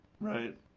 Right